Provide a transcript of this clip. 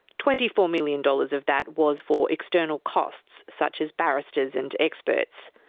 twenty four million dollars of that was for external costs such as barristers and experts.